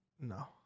No